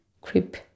creep